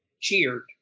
cheered